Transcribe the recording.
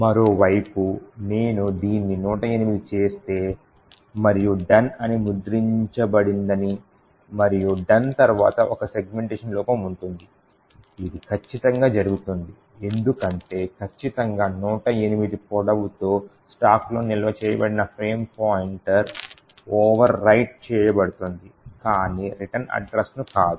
మరోవైపు నేను దీన్ని 108 చేస్తే మరియు "done"అని ముద్రించబడిందని మరియు "done" తర్వాత ఒక సెగ్మెంటేషన్ లోపం ఉంటుంది ఇది ఖచ్చితంగా జరుగుతుంది ఎందుకంటే ఖచ్చితంగా 108 పొడవుతో స్టాక్లో నిల్వ చేయబడిన ఫ్రేమ్ పాయింటర్ ఓవర్ రైట్ చేయబడుతుంది కాని రిటర్న్ అడ్రస్ ను కాదు